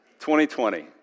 2020